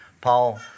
Paul